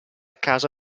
casa